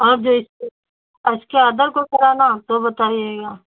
और जो इस इसके अदर हो कोई कराना तो बताइएगा